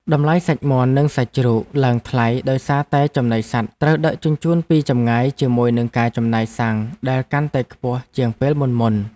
តម្លៃសាច់មាន់និងសាច់ជ្រូកឡើងថ្លៃដោយសារតែចំណីសត្វត្រូវដឹកជញ្ជូនពីចម្ងាយជាមួយនឹងការចំណាយសាំងដែលកាន់តែខ្ពស់ជាងពេលមុនៗ។